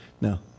No